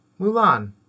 Mulan